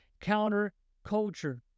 counterculture